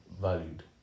valued